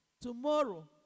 Tomorrow